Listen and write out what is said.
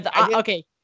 Okay